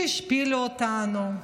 השפילו אותנו,